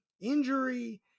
injury